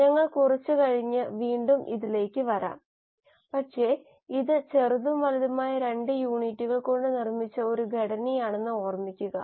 ഞങ്ങൾ കുറച്ച് കഴിഞ്ഞ് വീണ്ടും ഇതിലേക്ക് വരും പക്ഷേ ഇത് ചെറുതും വലുതുമായ 2 യൂണിറ്റുകൾ കൊണ്ട് നിർമ്മിച്ച ഒരു ഘടനയാണെന്ന് ഓർമ്മിക്കുക